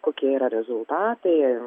kokie yra rezultatai